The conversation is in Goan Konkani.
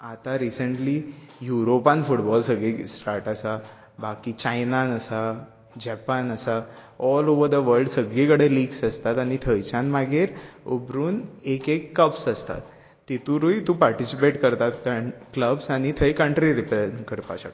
आता रिसंटली युरोपांत फुटबॉल सगळी स्टार्ट आसा बाकी चायनांत आसा जपान आसा ऑल ओवर द वल्ड सगळी कडेन लिग्स आसतात आनी थंयच्यान मागीर उभरून एक एक कप्स आसतात तितूंतूय तू पार्टीसिपेट करतात कांय क्लब्स आनी थंय कंट्री रिप्रेजेंट करपाक शकता